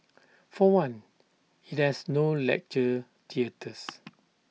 for one IT has no lecture theatres